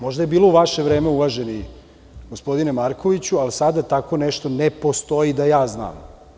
Možda je bilo u vaše vreme, uvaženi gospodine Markoviću, ali sada tako nešto ne postoji da ja znam.